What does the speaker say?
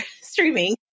streaming